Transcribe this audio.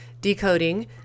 decoding